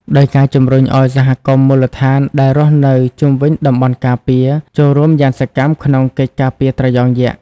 ដោយការជំរុញឲ្យសហគមន៍មូលដ្ឋានដែលរស់នៅជុំវិញតំបន់ការពារ ចូលរួមយ៉ាងសកម្មក្នុងកិច្ចការពារត្រយងយក្ស។